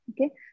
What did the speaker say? Okay